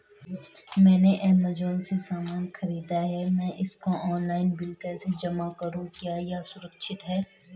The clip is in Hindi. मैंने ऐमज़ान से सामान खरीदा है मैं इसका ऑनलाइन बिल कैसे जमा करूँ क्या यह सुरक्षित है?